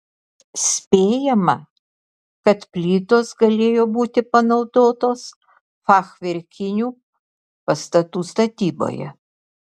spėjama kad plytos galėjo būti panaudotos fachverkinių pastatų statyboje